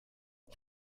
ich